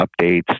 updates